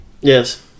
Yes